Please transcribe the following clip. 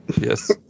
Yes